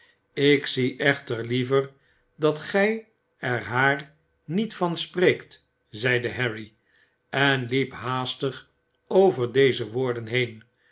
ik zie echter liever dat gij er haar niet van spreekt zeide harry en liep haastig over deze woorden heen